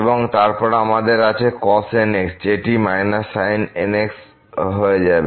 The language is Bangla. এবং তারপর আমাদের আছে cos nx যেটি −sin nx হয়ে যাবে